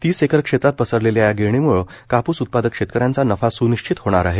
तीस एकर क्षेत्रात पसरलेल्या या गिरणीमुळं कापूस उत्पादक शेतकऱ्यांचा नफा स्निश्चित होणार आहे